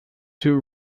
two